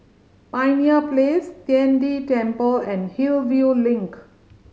Pioneer Place Tian De Temple and Hillview Link